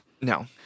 No